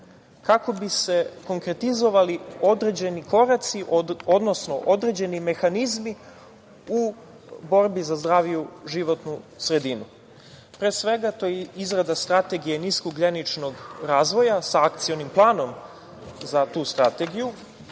kako bi se konkretizovali određeni koraci, odnosno određeni mehanizmi u borbi za zdraviju životnu sredinu. Pre svega, to je izrada strategije nisko ugljeničkog razvoja, sa akcionim planom, za tu strategiju,